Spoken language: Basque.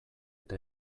eta